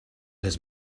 his